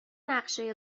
نقشه